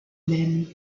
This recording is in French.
même